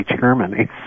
Germany